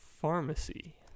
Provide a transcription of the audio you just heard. pharmacy